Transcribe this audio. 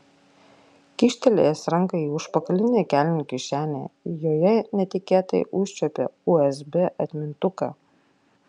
kyštelėjęs ranką į užpakalinę kelnių kišenę joje netikėtai užčiuopė usb atmintuką